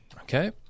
Okay